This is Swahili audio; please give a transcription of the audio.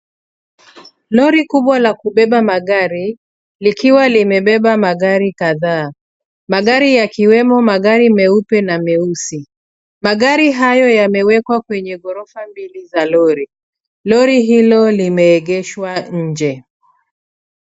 Lori kubwa la kubeba magari, likiwa limebeba magari kadhaa. Magari yakiwemo magari meupe na meusi. Magari hayo yamewekwa kwenye ghorofa mbili za lori. Lori hilo limeegeshwa nje.